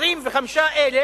25,000